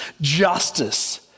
justice